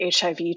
HIV